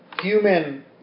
human